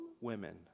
women